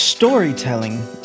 Storytelling